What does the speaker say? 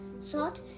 salt